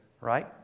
right